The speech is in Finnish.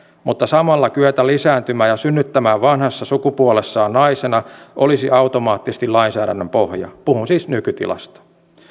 mutta samalla kyetä lisääntymään ja synnyttämään vanhassa sukupuolessaan naisena olisi automaattisesti lainsäädännön pohja puhun siis nykytilasta